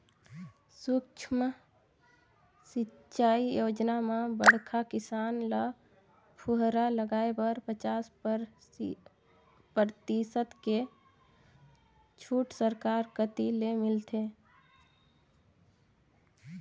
सुक्ष्म सिंचई योजना म बड़खा किसान ल फुहरा लगाए बर पचास परतिसत के छूट सरकार कति ले मिलथे